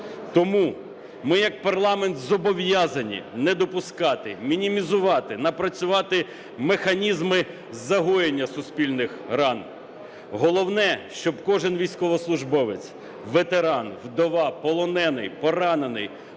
Тому ми як парламент зобов'язані не допускати, мінімізувати, напрацювати механізми загоєння суспільних ран. Головне, щоб кожен військовослужбовець, ветеран, вдова, полонений, поранений,